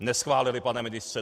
Neschválili, pane ministře.